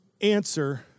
answer